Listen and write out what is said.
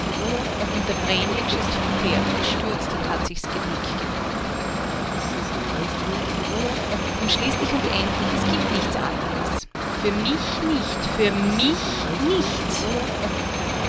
und der brenitsch ist vom pferd gestürzt und hat sich s genick gebrochen und schließlich und endlich es gibt nichts anderes für mich nicht für mich nicht